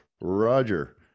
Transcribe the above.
Roger